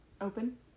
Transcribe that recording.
Open